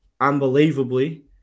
unbelievably